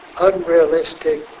unrealistic